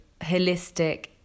holistic